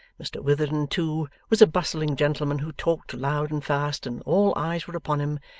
mr witherden too was a bustling gentleman who talked loud and fast, and all eyes were upon him,